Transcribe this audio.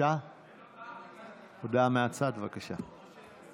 הודעה מהצד, אפשר?